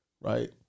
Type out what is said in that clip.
right